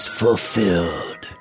fulfilled